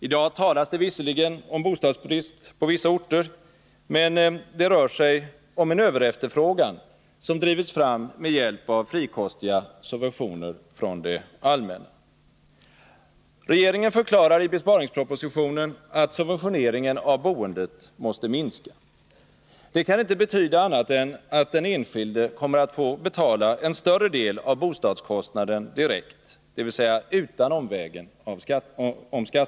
I dag talas det visserligen om bostadsbrist på vissa orter, men det rör sig snarare om en överefterfrågan, som drivits fram med hjälp av frikostiga subventioner från det allmänna. Regeringen förklarar i besparingspropositionen att subventioneringen av boendet måste minska. Det kan inte betyda annat än att den enskilde kommer att få betala en större Nr 29 del av bostadskostnaden direkt, dvs. utan omvägen över skattsedeln.